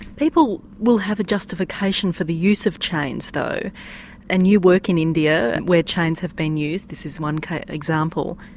people will have a justification for the use of chains though and you work in india where chains have been used, this is one kind of example.